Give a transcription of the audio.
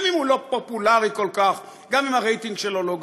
גם אם הוא לא פופולרי כל כך וגם אם הרייטינג שלו לא גבוה.